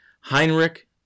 Heinrich